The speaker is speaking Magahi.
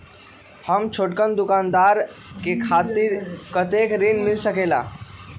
हम छोटकन दुकानदार के खातीर कतेक ऋण मिल सकेला?